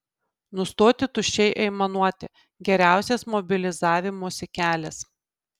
nustoti tuščiai aimanuoti geriausias mobilizavimosi kelias